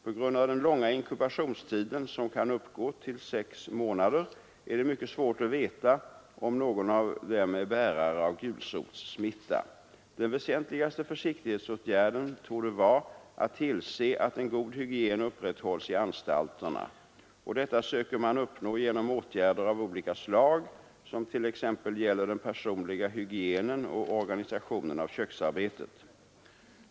På grund av den långa inkubationstiden, som kan uppgå till sex månader, är det mycket svårt att veta om någon av dem är bärare av gulsotssmitta. Den väsentligaste försiktighetsåtgärden torde vara att tillse att en god hygien upprätthålls i anstalterna. Detta söker man uppnå genom åtgärder av olika slag, som t.ex. gäller den personliga hygienen och organisationen av köksarbetet.